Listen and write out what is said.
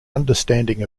understanding